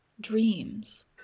dreams